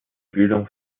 bildung